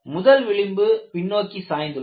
முதல் விளிம்பு பின்னோக்கி சாய்ந்து உள்ளது